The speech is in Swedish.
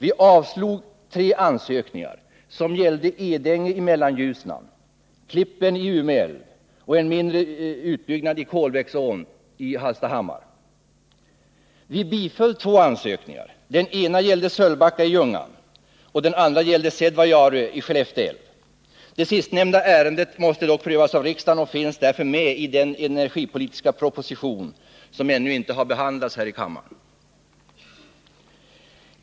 Vi avslog tre ansökningar som gällde Edänge i Mellanljusnan, Klippen i Ume älv och en mindre utbyggnad i Kolbäcksån i Hallstahammar. Vi biföll två ansökningar. Den ena gällde Sölvbacka i Ljungan och den andra gällde Sädvajaure i Skellefte älv. Det sistnämnda ärendet måste dock prövas av riksdagen och finns därför med i den energipolitiska propositionen, som ännu inte har behandlats i kammaren.